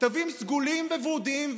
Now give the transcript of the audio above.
תווים סגולים וורודים,